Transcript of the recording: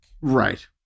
Right